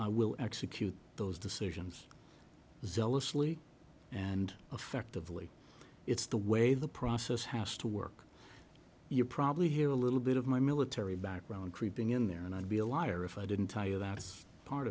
i will execute those decisions zealously and effectively it's the way the process has to work you probably hear a little bit of my military background creeping in there and i'd be a liar if i didn't tell you that